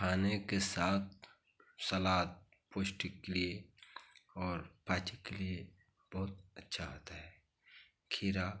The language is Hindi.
खाने के साथ सलाद पौष्टिक के लिए और पाचक के लिए बहुत अच्छा होता है खीरा